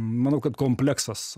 manau kad kompleksas